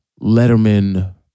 Letterman